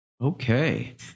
Okay